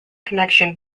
connection